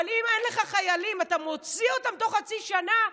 אבל אם אין לך חיילים ואתה מוציא אותם תוך חצי שנה,